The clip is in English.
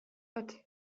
but